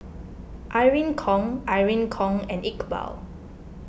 Irene Khong Irene Khong and Iqbal